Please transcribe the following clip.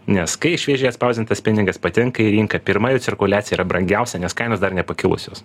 nes kai šviežiai atspausdintas pinigas patenka į rinką pirma jo cirkuliacija yra brangiausia nes kainos dar nepakilusios